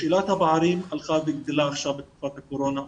שאלת הפערים הלכה וגדלה עכשיו בתקופת הקורונה,